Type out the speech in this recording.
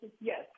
yes